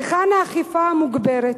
היכן האכיפה המוגברת?